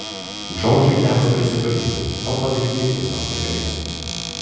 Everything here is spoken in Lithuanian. džordžai teko prisipažinti to padaryti tiesiog negalės